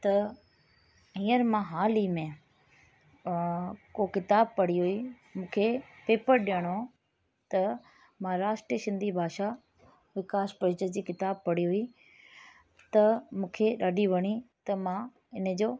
त हीअर मां हाल ई में को किताब पढ़ी हुई मूंखे पेपर ॾियणो हो त मां राष्ट्र सिंधी भाषा विकास परिषद जी किताब पढ़ी हुई त मूंखे ॾाढी वणी त मां इनजो